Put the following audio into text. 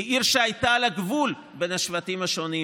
כעיר שהייתה על הגבול בין השבטים השונים,